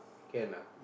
can lah